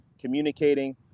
communicating